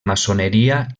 maçoneria